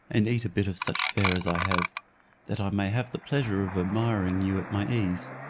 and eat a bit of such fare as i have that i may have the pleasure of admiring you at my ease.